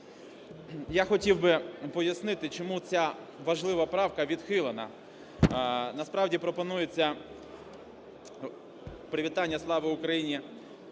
Я хотів би пояснити, чому ця важлива правка відхилена. Насправді пропонується привітання "Слава Україні!